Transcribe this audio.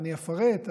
ואני אפרט,